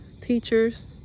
teachers